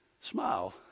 smile